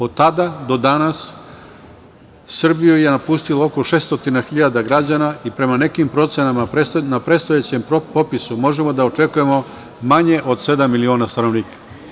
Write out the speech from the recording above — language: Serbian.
Od tada do danas Srbiju je napustilo oko 600 hiljada građana i prema nekim procenama na predstojećem popisu možemo da očekujemo manje od sedam miliona stanovnika.